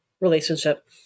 relationship